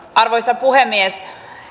arvoisa puhemies